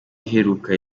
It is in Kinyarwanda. iheruka